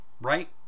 right